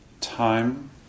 time